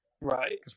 right